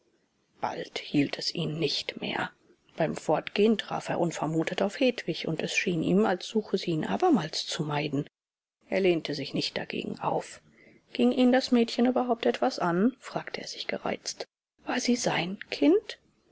bald hielt es ihn nicht mehr beim fortgehen traf er unvermutet auf hedwig und es schien ihm als suche sie ihn abermals zu meiden er lehnte sich nicht dagegen auf ging ihn das mädchen überhaupt etwas an fragte er sich gereizt war sie sein kind